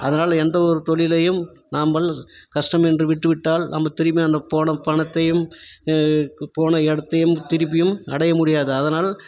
அதனால் எந்த ஒரு தொழிலையும் நாம்ப கஷ்டமென்று விட்டு விட்டால் நம்ம திரும்பி அந்த போன பணத்தையும் போன இடத்தையும் திரும்பியும் அடைய முடியாது அதனால்